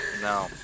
No